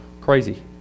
crazy